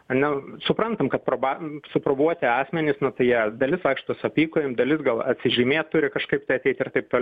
a ne suprantam kad proba suprobuoti asmenys na tai jie dalis vaikšto su apykojėm dalis gal atsižymėt turi kažkaip tai ateit ir taip toliau